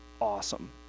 awesome